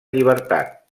llibertat